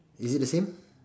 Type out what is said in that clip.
is it the same